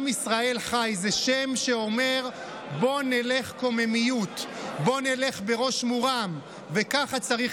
שם יעקב זה כמו הכספים הקואליציוניים, את זה